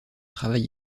travail